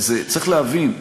צריך להבין,